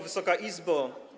Wysoka Izbo!